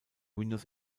windows